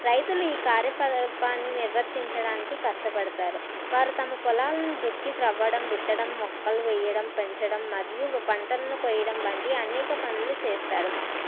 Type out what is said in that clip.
రైతులు ఈ కార్యకలాపాన్ని నిర్వర్తించడానికి కష్టపడుతారు వారు తమ పొలాలను దుక్కి త్రవ్వడం విత్తడం మొక్కలు వేయడం పెంచడం మరియు పంటలను కోయడం వంటి అనేక పనులు చేస్తారు